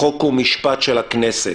חוק ומשפט של הכנסת".